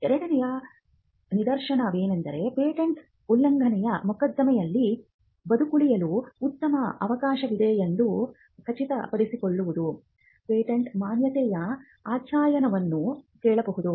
ಎರಡನೆಯ ನಿದರ್ಶನವೆಂದರೆ ಪೇಟೆಂಟ್ ಉಲ್ಲಂಘನೆಯ ಮೊಕದ್ದಮೆಯಲ್ಲಿ ಬದುಕುಳಿಯಲು ಉತ್ತಮ ಅವಕಾಶವಿದೆ ಎಂದು ಖಚಿತಪಡಿಸಿಕೊಳ್ಳಲು ಪೇಟೆಂಟ್ ಮಾನ್ಯತೆಯ ಅಧ್ಯಯನವನ್ನು ಕೇಳಬಹುದು